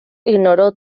ignoró